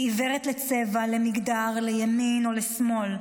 היא עיוורת לצבע, למגדר, לימין או לשמאל.